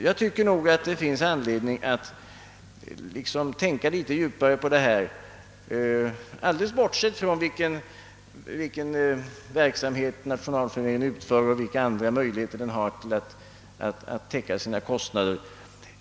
Jag tycker ait det finns anledning att tänka litet djupare på detta, alldeles bortsett från vilken verksamhet Nationalföreningen bedriver och vilka andra möjligheter den har alt täcka sina kostnader.